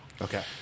Okay